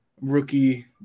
rookie